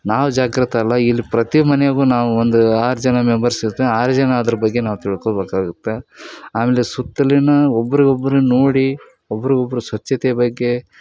ನಾವು ಜಾಗೃತರಲ್ಲ ಇಲ್ಲಿ ಪ್ರತಿ ಮನೇಗು ನಾವು ಒಂದು ಆರು ಜನ ಮೆಂಬರ್ಸ್ ಇರ್ತ್ನ ಆರು ಜನ ಅದ್ರ ಬಗ್ಗೆ ನಾವು ತಿಳ್ಕೋಬೇಕಾಗುತ್ತೆ ಆಮೇಲೆ ಸುತ್ತಲಿನ ಒಬ್ರಿಗೊಬ್ರು ನೋಡಿ ಒಬ್ರಿಗೊಬ್ರು ಸ್ವಚ್ಛತೆಯ ಬಗ್ಗೆ